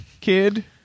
kid